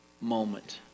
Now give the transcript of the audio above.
moment